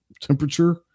temperature